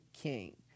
King